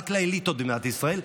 רק לאליטות במדינת ישראל.